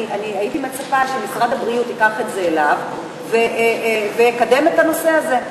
אני הייתי מצפה שמשרד הבריאות ייקח את זה אליו ויקדם את הנושא הזה,